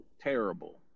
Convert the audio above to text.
terrible